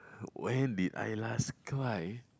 when did I last cry